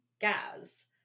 gas